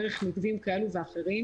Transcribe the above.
דרך מוקדים כאלה ואחרים,